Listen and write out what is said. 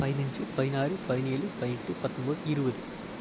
பதினைஞ்சி பதினாறு பதினேழு பதினெட்டு பத்தொன்பது இருபது